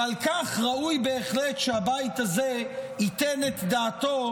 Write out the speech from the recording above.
ועל כך ראוי בהחלט שהבית הזה ייתן את דעתו,